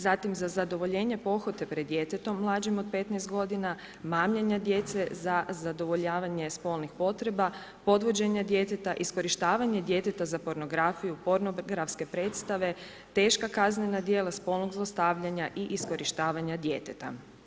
Zatim za zadovoljenje pohote pred djetetom mlađim od 15 godina, mamljenja djece za zadovoljavanje spolnih potreba, podvođenje djeteta, iskorištavanje djeteta za pornografiju, pornografske predstave, teška kaznena djela spolnog zlostavljanja i iskorištavanja djeteta.